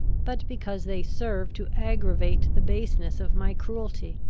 but because they serve to aggravate the baseness of my cruelty.